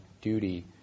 duty